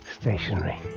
stationary